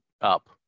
up